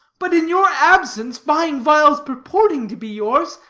but in your absence, buying vials purporting to be yours,